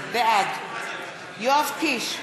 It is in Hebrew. בעד יואב קיש,